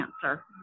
cancer